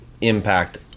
impact